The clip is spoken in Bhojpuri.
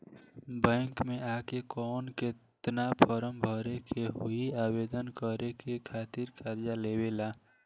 बैंक मे आ के कौन और केतना फारम भरे के होयी आवेदन करे के खातिर कर्जा लेवे ला?